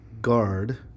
guard